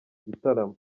igitaramo